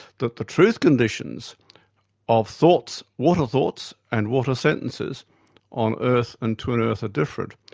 that the truth conditions of thoughts, water thoughts and water sentences on earth and twin earth are different,